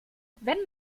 wenn